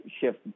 shift